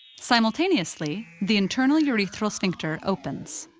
simultaneously, the internal urethral sphincter opens.